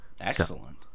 Excellent